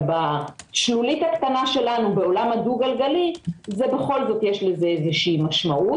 אבל בעולם הדו גלגלי בכל זאת יש לזה משמעות.